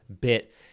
bit